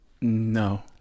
No